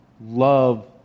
love